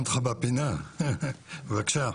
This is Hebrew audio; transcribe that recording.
בבקשה,